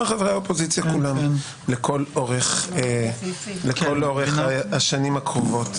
חברי האופוזיציה כולם לכל אורך השנים הקרובות.